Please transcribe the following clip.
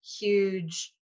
huge